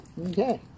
okay